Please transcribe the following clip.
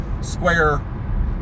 square